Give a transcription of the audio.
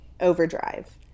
overdrive